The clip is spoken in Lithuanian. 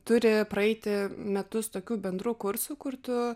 turi praeiti metus tokių bendrų kursų kur tu